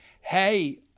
hey